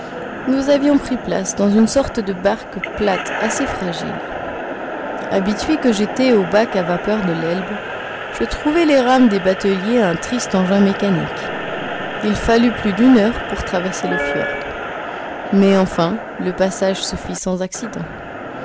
nous avions pris place dans une sorte de barque plate assez fragile habitué que j'étais aux bacs à vapeur de l'elbe je trouvai les rames des bateliers un triste engin mécanique il fallut plus d'une heure pour traverser le fjrd mais enfin le passage se fit sans accident